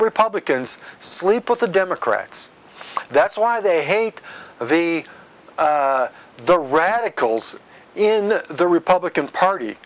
republicans sleep with the democrats that's why they hate they the radicals in the republican party